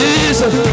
Jesus